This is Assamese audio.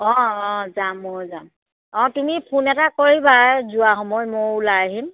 অঁ অঁ যাম ময়ো যাম অঁ তুমি ফোন এটা কৰিবা যোৱা সময়ত ময়ো ওলাই আহিম